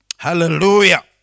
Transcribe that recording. Hallelujah